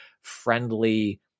friendly